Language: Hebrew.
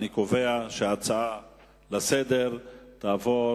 אני קובע שההצעה לסדר-היום תעבור